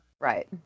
right